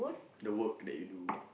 the work that you do